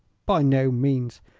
by no means.